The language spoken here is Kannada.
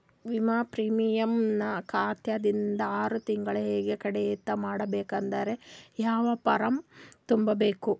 ವಿಮಾ ಪ್ರೀಮಿಯಂ ನನ್ನ ಖಾತಾ ದಿಂದ ಆರು ತಿಂಗಳಗೆ ಕಡಿತ ಮಾಡಬೇಕಾದರೆ ಯಾವ ಫಾರಂ ತುಂಬಬೇಕು?